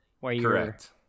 Correct